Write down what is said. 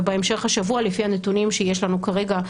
ובהמשך השבוע לפי הנתונים שיש לנו כרגע,